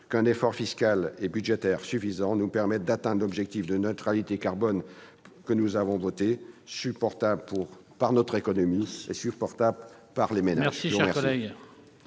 qu'un effort fiscal et budgétaire suffisant nous permette d'atteindre l'objectif de neutralité carbone que nous avons voté, de manière supportable pour notre économie et pour les ménages.